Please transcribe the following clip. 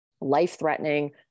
life-threatening